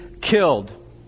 killed